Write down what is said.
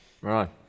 Right